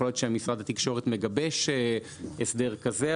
יכול להיות שמשרד התקשורת מגבש הסדר כזה,